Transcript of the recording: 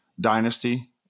Dynasty